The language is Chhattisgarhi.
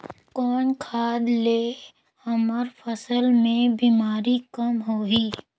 कौन खाद ले हमर फसल मे बीमारी कम लगही?